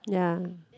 ya